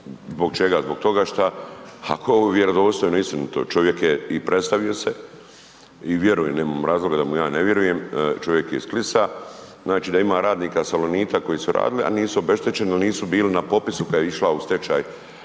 Zbog čega? Zbog toga šta ako je ovo vjerodostojno i istinito, čovjek je i predstavio se i vjerujem, nemam razloga da mu ja ne vjerujem, čovjek je iz Klisa, znači da ima radnika Salonita koji su radili, a nisu obeštećeni, nisu bili na popisu kad je išla u stečaj